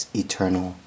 eternal